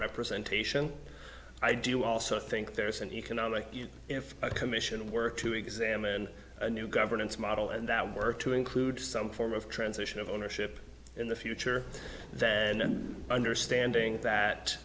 representation i do also think there is an economic commission work to examine a new governance model and that work to include some form of transition of ownership in the future and understanding that